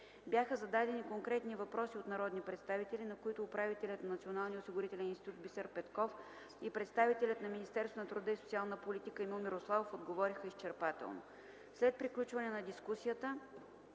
Бяха зададени конкретни въпроси от народни представители, на които управителят на Националния осигурителен институт Бисер Петков и представителят на Министерството на труда и социалната политика Емил Мирославов отговориха изчерпателно. След приключване на дискусията